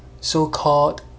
so-called